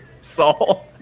Saul